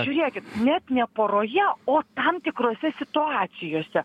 žiūrėkit net ne poroje o tam tikrose situacijose